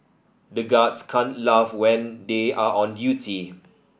the guards can't laugh when they are on duty